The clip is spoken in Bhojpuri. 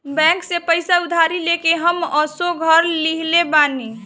बैंक से पईसा उधारी लेके हम असो घर लीहले बानी